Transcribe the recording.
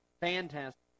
Fantastic